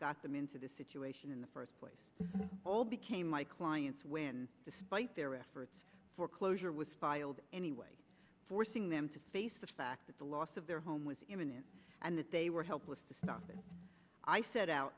got them into the situation in the first place all became my clients when despite their efforts foreclosure was filed anyway forcing them to face the fact that the loss of their home was imminent and that they were helpless to stop and i set out